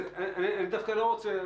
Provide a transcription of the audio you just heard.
אני דווקא לא רוצה.